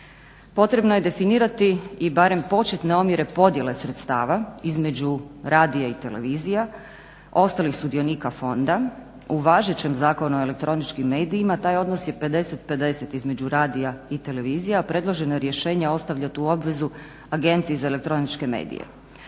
Potrebno je definirati i barem početne omjere podjele sredstava između radija i televizija, ostalih sudionika fonda. U važećem Zakonu o elektroničkim medijima taj odnos je 50:50 između radija i televizija, a predloženo rješenje ostavlja tu obvezu Agenciji za elektroničke medije.